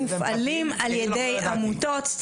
מופעלים על ידי עמותות.